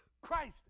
Christ